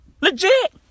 Legit